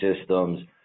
systems